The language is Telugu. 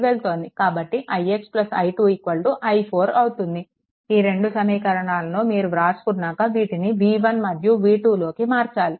కాబట్టి ix i2 i4 అవుతుంది ఈ రెండు సమీకరణాలను మీరు వ్రాసుకున్నాక వీటిని v1 మరియు v2లోకి మార్చాలి